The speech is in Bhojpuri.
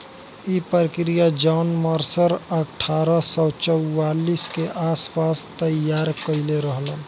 इ प्रक्रिया जॉन मर्सर अठारह सौ चौवालीस के आस पास तईयार कईले रहल